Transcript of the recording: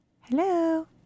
Hello